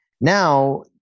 Now